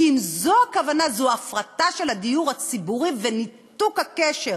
כי אם זו הכוונה זו הפרטה של הדיור הציבורי וניתוק הקשר